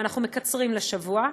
ואנחנו מקצרים לשבוע.